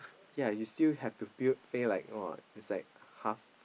ya you still have to build pay like !wah! it's like half